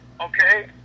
Okay